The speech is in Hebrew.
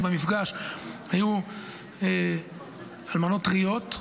כי במפגש היו אלמנות טריות,